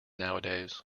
nowadays